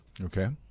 okay